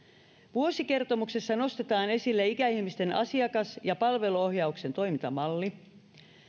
vuosikertomuksessa nostetaan esille ikäihmisten asiakas ja palveluohjauksen toimintamalli